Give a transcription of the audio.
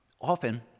Often